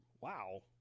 Wow